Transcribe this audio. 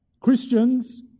Christians